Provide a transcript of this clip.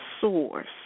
source